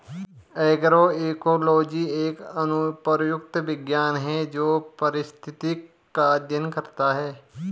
agroecology एक अनुप्रयुक्त विज्ञान है जो पारिस्थितिक का अध्ययन करता है